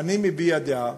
אני מביע דעה,